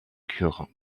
cure